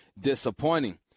disappointing